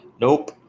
Nope